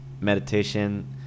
meditation